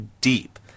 deep